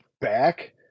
back